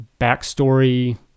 backstory